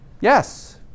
Yes